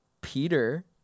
Peter